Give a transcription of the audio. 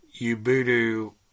Ubuntu